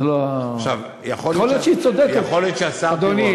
יכול להיות שהיא צודקת.